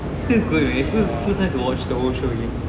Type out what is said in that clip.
is still good eh feels feels nice to watch the whole show again